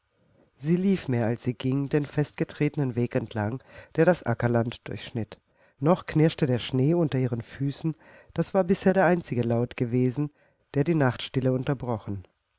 sie lief mehr als sie ging den festgetretenen weg entlang der das ackerland durchschnitt noch knirschte der schnee unter ihren füßen das war bisher der einzige laut gewesen der die nachtstille unterbrochen